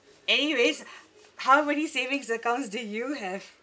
anyways how many savings accounts do you have